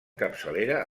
capçalera